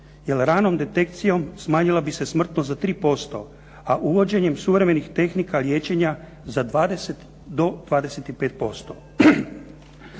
jer ranom detekcijom smanjila bi se smrtnost za 3%, a uvođenjem suvremenih tehnika liječenja za 20 do 25%.